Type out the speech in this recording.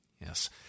Yes